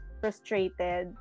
frustrated